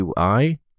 UI